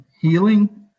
healing